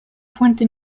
fuente